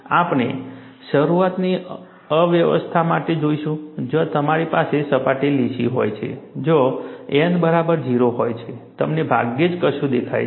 આપણે શરુઆતની અવસ્થા માટે જોઈશું જ્યાં તમારી પાસે સપાટી લીસી હોય છે જ્યાં N બરાબર 0 હોય છે તમને ભાગ્યે જ કશું દેખાય છે